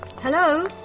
Hello